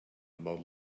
about